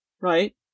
right